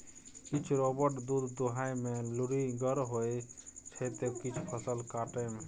किछ रोबोट दुध दुहय मे लुरिगर होइ छै त किछ फसल काटय मे